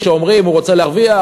שאומרים: הוא רוצה להרוויח,